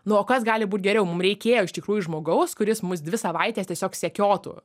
nu o kas gali būt geriau mum reikėjo iš tikrųjų žmogaus kuris mus dvi savaites tiesiog sekiotų